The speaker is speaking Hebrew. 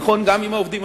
עם עובדי החקלאות.